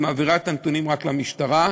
היא מעבירה את הנתונים רק למשטרה.